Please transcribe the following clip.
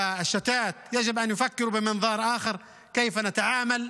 (אומר דברים בשפה הערבית, להלן תרגומם: